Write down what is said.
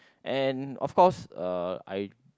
and of course uh I